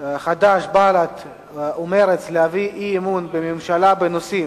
חד"ש בל"ד ומרצ להביע אי-אמון בממשלה.